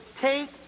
take